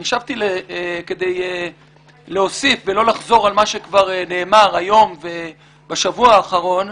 הקשבתי כדי להוסיף ולא לחזור על מה שכבר נאמר היום ובשבוע האחרון,